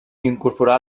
incorporà